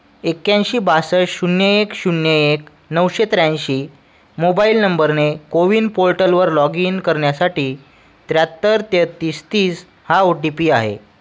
एक्याऐंशी बासष्ट शून्य एक शून्य एक नऊशे त्र्याऐंशी मोबाइल नंबरने कोविन पोर्टलवर लॉग इन करण्यासाठी त्र्याहत्तर तेहतीस तीस हा ओ टी पी आहे